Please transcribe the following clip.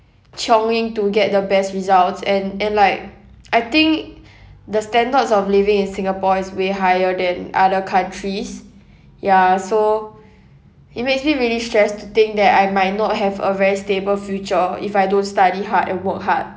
chionging to get the best results and and like I think the standards of living in singapore is way higher than other countries ya so it makes me really stressed to think that I might not have a very stable future if I don't study hard and work hard